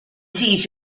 siis